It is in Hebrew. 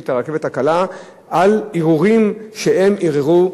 את הרכבת הקלה על ערעורים שהם ערערו